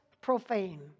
profane